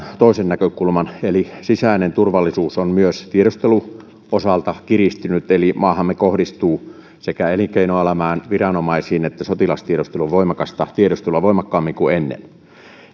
toisen näkökulman eli sisäinen turvallisuus on myös tiedustelun osalta kiristynyt maahamme kohdistuu sekä elinkeinoelämään viranomaisiin että sotilastiedusteluun voimakasta tiedustelua voimakkaammin kuin ennen